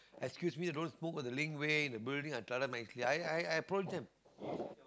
excuse me don't smoke on the link way the building I tell them nicely I I approach them